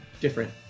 different